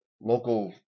local